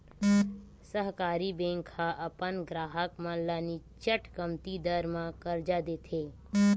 सहकारी बेंक ह अपन गराहक मन ल निच्चट कमती दर म करजा देथे